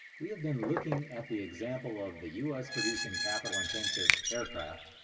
we have been looking at the example of the us producing capital intensive aircraft,